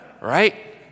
Right